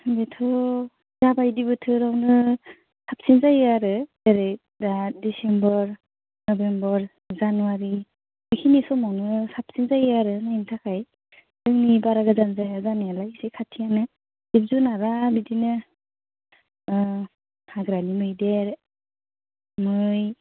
बेथ' दाबायदि बोथोरावनो साबसिन जायो आरो जेरै दा डिसेम्बर नभेम्बर जानुवारि बेखिनि समावनो साबसिन जायो आरो नायनो थाखाय जोंनि बारा गोजान जाया जानायालाय एसे खाथियानो जिब जुनारा बिदिनो हाग्रानि मैदेर मै